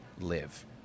live